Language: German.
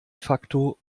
facto